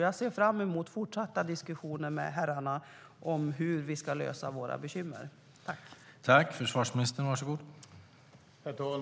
Jag ser fram emot fortsatta diskussioner med herrarna om hur vi ska lösa våra bekymmer.